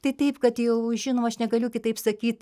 tai taip kad jau žinoma aš negaliu kitaip sakyt